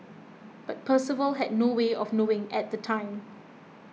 but Percival had no way of knowing at the time